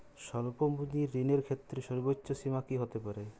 স্বল্প পুঁজির ঋণের ক্ষেত্রে সর্ব্বোচ্চ সীমা কী হতে পারে?